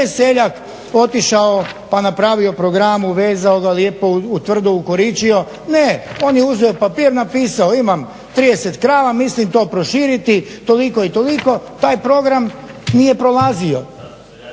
Nije seljak otišao pa napravio program, uvezao ga, lijepo tvrdo ukoričio. Ne, on je uzeo papir napisao imam 30 krava, mislim to proširiti, toliko i toliko, taj program nije prolazio.